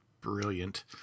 Brilliant